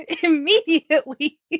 Immediately